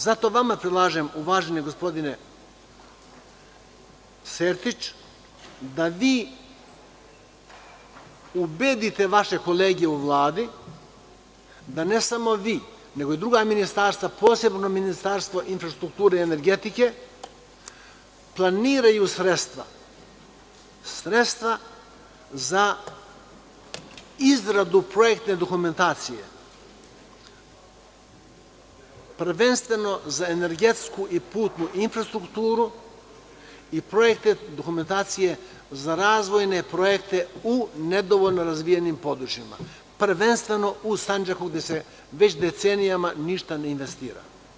Zato vam predlažem, uvaženi gospodine Sertić, da vi ubedite vaše kolege u Vladi da ne samo vi nego i druga ministarstva, posebno Ministarstvo infrastrukture i energetike, planiraju sredstva za izradu projektne dokumentacije, prvenstveno za energetsku i putnu infrastrukturu i projektne dokumentacije za razvojne projekte u nedovoljno razvijenim područjima, prvenstveno u Sandžaku, gde se već decenijama ništa ne investira.